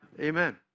Amen